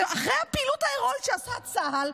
אחרי הפעילות ההירואית שעשה צה"ל,